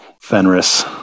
Fenris